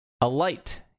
alight